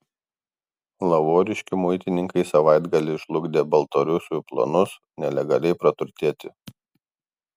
lavoriškių muitininkai savaitgalį žlugdė baltarusių planus nelegaliai praturtėti